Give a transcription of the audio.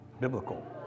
biblical